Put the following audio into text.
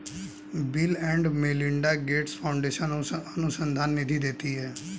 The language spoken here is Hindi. bill and Melinda Gates Foundation अनुसंधान निधि देती है